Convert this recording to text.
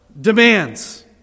demands